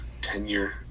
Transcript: tenure